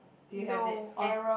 do you have it on